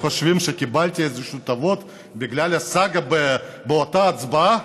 חושבים שקיבלתי איזשהן טובות בגלל הסאגה באותה הצבעה?